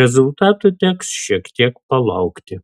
rezultatų teks šiek tiek palaukti